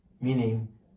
meaning